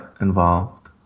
involved